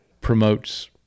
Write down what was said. promotes